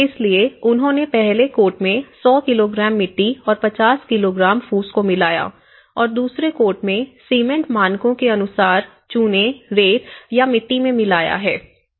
इसलिएउन्होंने पहले कोट में 100 किलोग्राम मिट्टी और 50 किलोग्राम फूस को मिलाया और दूसरे कोट में सीमेंट मानकों के अनुसार चुने रेत या मिट्टी में मिलाया है